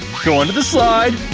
go under the slide,